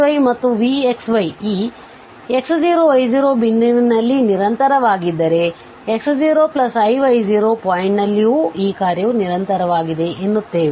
uxyಮತ್ತು vxy ಈ x0y0 ಬಿಂದುವಿನಲ್ಲಿ ನಿರಂತರವಾಗಿದ್ದರೆ x0iy0ಪಾಯಿಂಟ್ ನ್ನಲ್ಲಿಯೂ ಈ ಕಾರ್ಯವು ನಿರಂತರವಾಗಿದೆ ಎನ್ನುತ್ತೇವೆ